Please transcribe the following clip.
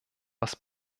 was